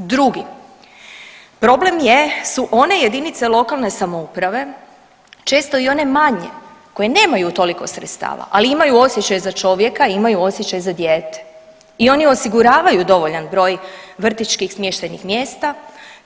Drugi, problem je, su one JLS, često i one manje koje nemaju toliko sredstava, ali imaju osjećaj za čovjeka i imaju osjećaj za dijete i oni osiguravaju dovoljan broj vrtićkih smještajnih mjesta,